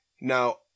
Now